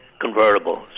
Convertible